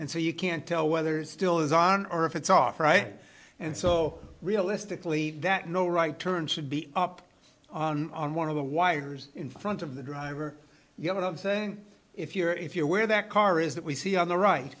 and so you can't tell whether it's still is on or if it's off right and so realistically that no right turn should be up on one of the wires in front of the driver you know what i'm saying if you're if you're where that car is that we see on the right